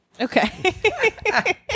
Okay